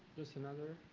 just another.